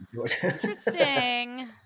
Interesting